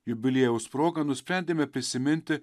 jubiliejaus proga nusprendėme prisiminti